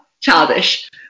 childish